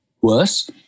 Worse